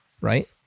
right